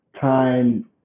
time